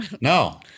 No